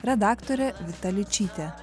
redaktorė vita ličytė